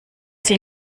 sie